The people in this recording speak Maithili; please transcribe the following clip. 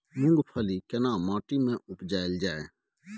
मूंगफली केना माटी में उपजायल जाय?